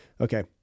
Okay